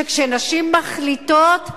שכשנשים מחליטות,